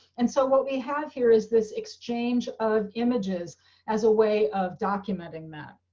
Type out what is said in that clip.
and so what we have here is this exchange of images as a way of documenting that.